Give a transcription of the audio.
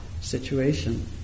situation